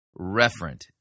referent